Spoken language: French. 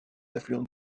affluents